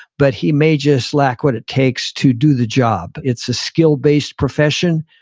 but he may just lack what it takes to do the job. it's a skill based profession.